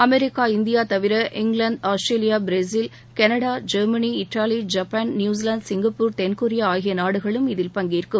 America India தவிர England Australia Brazil Canada Germany Italy Japan New Zealand Singapore தென்கொரியா ஆகிய நாடுகளும் இதில் பங்கேற்கும்